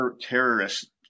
terrorists